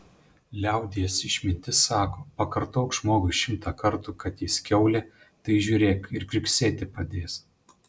liaudies išmintis sako pakartok žmogui šimtą kartų kad jis kiaulė tai žiūrėk ir kriuksėti pradės